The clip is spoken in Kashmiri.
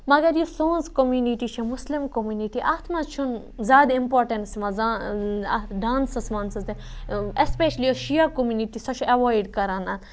مگر یہِ سونز کوٚمِنِٹی چھےٚ مُسلِم کوٚمِنِٹی اَتھ منٛز چھُنہٕ زیادٕ اِمپاٹَنٕس منٛز اَتھ ڈانسَس وانسَس اٮ۪سپیشلی یُس شِیا کوٚمنِٹی سۄ چھِ اٮ۪وایڈ کَران اَتھ